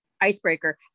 icebreaker